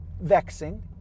vexing